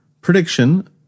Prediction